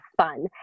fun